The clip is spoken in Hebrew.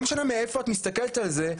לא משנה מאיפה את מסתכלת על זה,